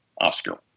Oscar